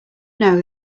know